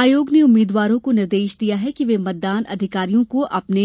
आयोग ने उम्मीदवारों को निर्देश दिया है कि वे मतदान अधिकारियों को अपने